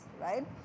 right